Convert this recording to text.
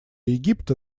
египта